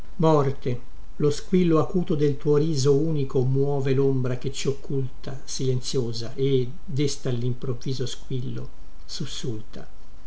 morte lo squillo acuto del tuo riso unico muove lombra che ci occulta silenzïosa e desta allimprovviso squillo sussulta